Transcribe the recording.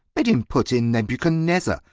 bid him put in nebuchadnezzar,